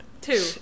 Two